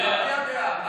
במליאה.